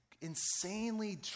insanely